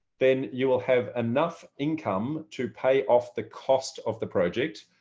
then you will have enough income to pay off the cost of the project,